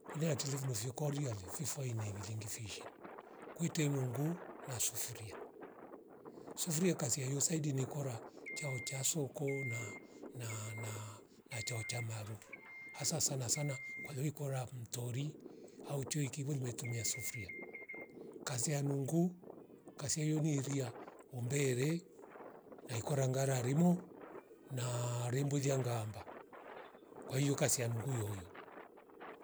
Kuniatile vino vyoko aliare fifo ai ningiringi fishe kwite lwongu na sufuria, sufuria kasia yo saidi ni kora tchachao soko na- na- na- na- nachaucha maru hasa sana kwayo ikora mtori au choikve ndwetumia sufuria kazi ya nungu kazi yao nihiria umbere na ikora ngara rimo na rembewelia ngaamba kwaio kazi ya mnguyoyo